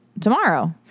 tomorrow